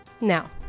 Now